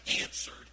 answered